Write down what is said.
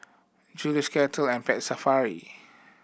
Julie's Kettle and Pet Safari